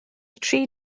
tri